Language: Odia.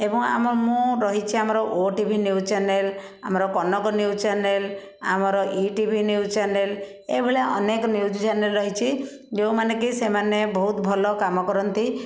ଏବଂ ଆମ ମୁଁ ରହିଛି ଆମର ଓ ଟିଭି ନ୍ୟୁଜ୍ ଚ୍ୟାନେଲ୍ ଆମର କନକ ନ୍ୟୁଜ୍ ଚ୍ୟାନେଲ୍ ଆମର ଇ ଟିଭି ନ୍ୟୁଜ୍ ଚ୍ୟାନେଲ ଏହି ଭଳିଆ ଅନେକ ନ୍ୟୁଜ୍ ଚ୍ୟାନେଲ ରହିଛି ଯେଉଁମାନେ କି ସେମାନେ ଭଲ କାମ କରନ୍ତି